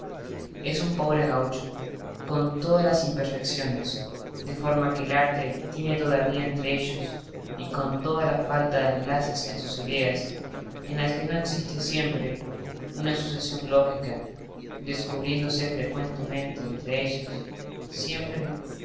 es un pobre gaucho con todas las imperfecciones de forma que el arte tiene todavía entre ellos y con toda la falta de enlace en sus ideas en las que no existe siempre una sucesión lógica descubriéndose frecuentemente entre ellas